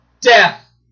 Death